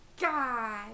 God